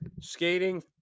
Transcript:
skating